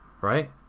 right